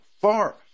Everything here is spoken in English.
far